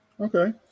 okay